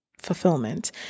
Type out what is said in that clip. fulfillment